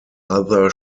other